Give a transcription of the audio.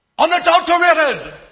Unadulterated